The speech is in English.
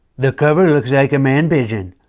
the cover looks like a man pigeon.